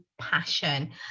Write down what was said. passion